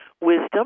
Wisdom